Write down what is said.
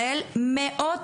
אמבל,